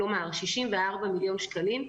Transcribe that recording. כלומר 64 מיליון שקלים,